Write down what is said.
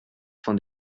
for